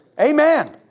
Amen